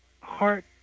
heart